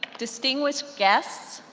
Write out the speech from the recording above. distinguished guests,